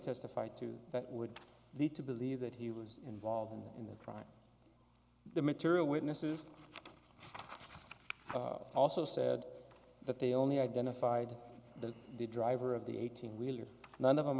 testified to that would lead to believe that he was involved in the crime the material witnesses also said that they only identified the driver of the eighteen wheeler none of them